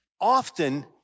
often